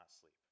sleep